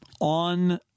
on